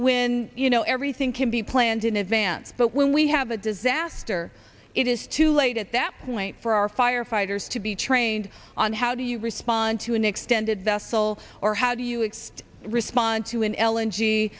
when you know everything can be planned in advance but when we have a disaster it is too late at that point for our firefighters to be trained on how do you respond to an extended vessel or how do you expect respond to an